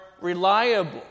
reliable